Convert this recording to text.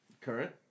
Current